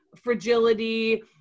fragility